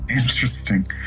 Interesting